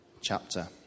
chapter